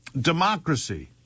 democracy